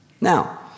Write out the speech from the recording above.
Now